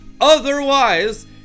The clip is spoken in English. Otherwise